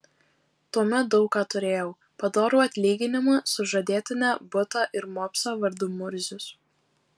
tuomet daug ką turėjau padorų atlyginimą sužadėtinę butą ir mopsą vardu murzius